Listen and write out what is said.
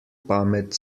pamet